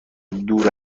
دور